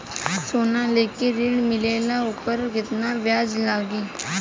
सोना लेके ऋण मिलेला वोकर केतना ब्याज लागी?